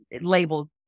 labeled